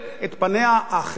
את פניה האחרות,